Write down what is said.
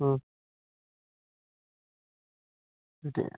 മ്